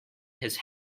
his